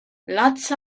lots